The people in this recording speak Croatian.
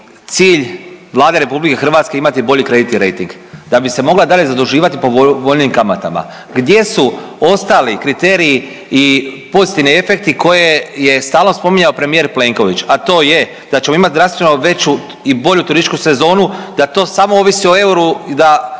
cilj Vlade RH imati bolji kreditni rejting? Da bi se mogla dalje zaduživati po povoljnijim kamatama. Gdje su ostali kriteriji i pozitivni efekti koje je stalno spominjao premijer Plenković, a to je da ćemo imati drastično veću i bolju turističku sezonu, da to samo ovisi o euru i da